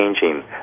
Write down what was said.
changing